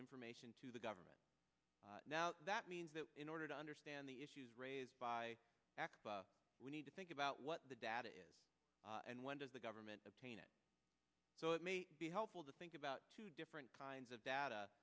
information to the government now that means that in order to understand the issues raised by act we need to think about what the data is and when does the government obtain it so it may be helpful to think about two different kinds of data